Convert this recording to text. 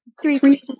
three